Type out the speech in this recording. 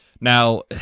Now